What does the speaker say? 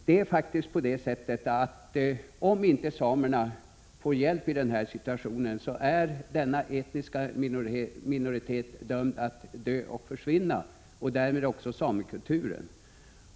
Det är faktiskt på det sättet, att om inte samerna får hjälp i den här situationen, är denna etniska minoritet dömd att dö och försvinna och därmed också samekulturen.